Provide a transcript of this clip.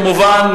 כמובן,